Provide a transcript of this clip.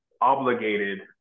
obligated